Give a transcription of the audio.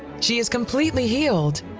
she is completely healed,